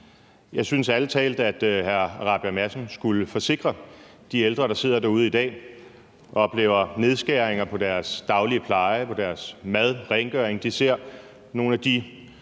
Jeg synes ærlig talt, at hr. Christian Rabjerg Madsen skulle forsikre de ældre, der sidder derude i dag og oplever nedskæringer på deres daglige pleje, på deres mad og rengøring, og som ser nogle af de